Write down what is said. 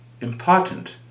important